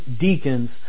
deacons